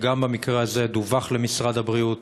שגם המקרה הזה דווח למשרד הבריאות,